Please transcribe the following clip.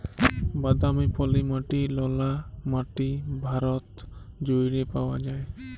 বাদামি, পলি মাটি, ললা মাটি ভারত জুইড়ে পাউয়া যায়